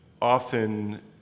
Often